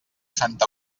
santa